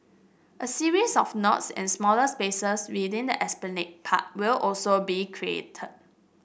a series of nodes and smaller spaces within the Esplanade Park will also be created